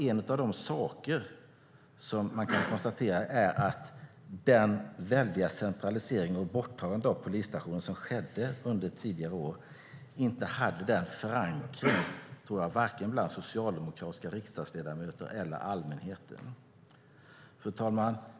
En av de saker som man kan konstatera är att den stora centralisering och det borttagande av polisstationer som skedde under tidigare år inte hade någon förankring, vare sig hos socialdemokratiska riksdagsledamöter eller hos allmänheten. Fru talman!